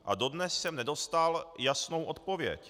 A dodnes jsem nedostal jasnou odpověď.